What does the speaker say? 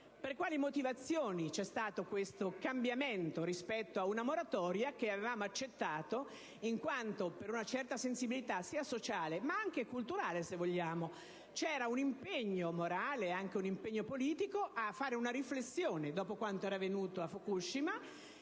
per quali motivazioni c'è stato questo cambiamento rispetto ad una moratoria che avevamo accettato in quanto, per una certa sensibilità sia sociale che culturale, c'era un impegno morale e politico a fare una riflessione dopo quanto era avvenuto a Fukushima,